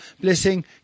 Blessing